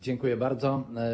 Dziękuję bardzo.